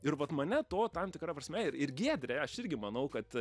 ir vat mane to tam tikra prasme ir ir giedrė aš irgi manau kad